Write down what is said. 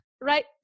right